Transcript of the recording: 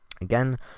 Again